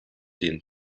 denen